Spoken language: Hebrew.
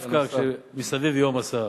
דווקא כשמסביב ייהום הסער.